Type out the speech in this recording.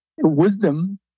wisdom